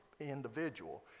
individual